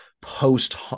post